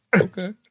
okay